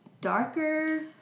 darker